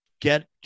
Get